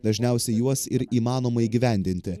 dažniausiai juos ir įmanoma įgyvendinti